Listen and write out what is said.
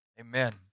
Amen